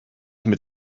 mit